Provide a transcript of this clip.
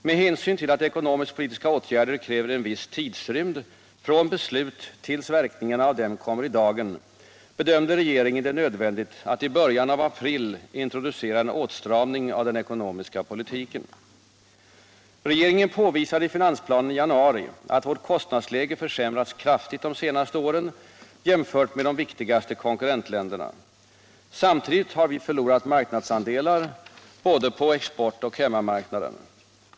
Med hänsyn till att ekonomisk-politiska åtgärder kräver en viss tidsrymd från beslut tills verkningarna av dem kommer i dagen bedömde regeringen det nödvändigt att i början av april introducera en åtstramning av den ekonomiska politiken. Regeringen påvisade i finansplanen i januari att vårt kostnadsläge försämrats kraftigt de senaste åren jämfört med de viktigaste konkurrent 37 Om devalveringen ländernas. Samtidigt har vi förlorat marknadsandelar på både exportoch hemmamarknaden.